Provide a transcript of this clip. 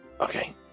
Okay